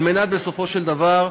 כדי, בסופו של דבר,